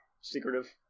secretive